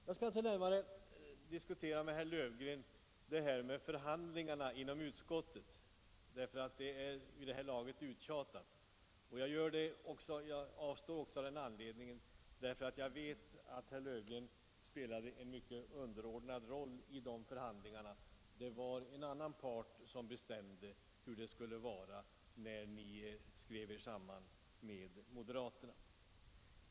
Jag skall inte närmare diskutera med herr Löfgren vad som förekom vid förhandlingarna inom utskottet, eftersom det vid det här laget är uttjatat. Jag avstår också av den anledningen att jag vet att herr Löfgren spelade en mycket underordnad roll i dessa förhandlingar. Det var en annan part som bestämde hur det skulle vara när ni skrev er samman med moderaterna.